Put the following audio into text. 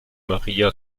maria